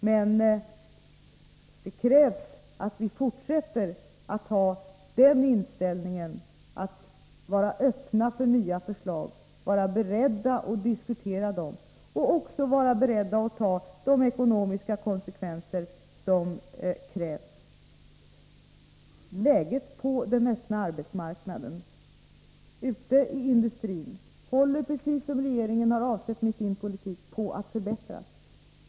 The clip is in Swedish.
Men det krävs att vi fortsätter att ha inställningen att vara öppna för nya förslag, vara beredda att diskutera dem och också vara beredda att ta de ekonomiska konsekvenserna. Läget på den öppna arbetsmarknaden ute i industrin håller — precis som regeringen har avsett med sin politik — på att förbättras.